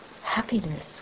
happiness